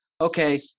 Okay